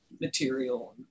material